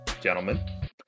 gentlemen